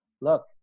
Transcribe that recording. look